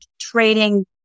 trading